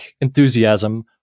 enthusiasm